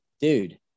dude